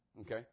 okay